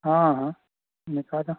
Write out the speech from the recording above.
हँ हँ निकालू